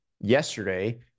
yesterday